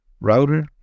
router